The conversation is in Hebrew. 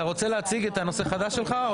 אתה רוצה להציג את הנושא החדש שלך או